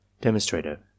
Demonstrator